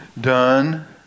done